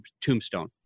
tombstone